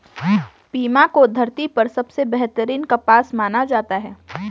Pima को धरती पर सबसे बेहतरीन कपास माना जाता है